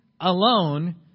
alone